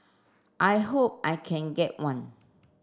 I hope I can get one